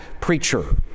preacher